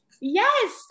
Yes